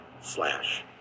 slash